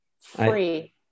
Free